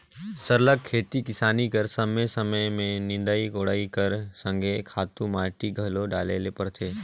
सरलग खेती किसानी कर समे समे में निंदई कोड़ई कर संघे खातू माटी घलो डाले ले परथे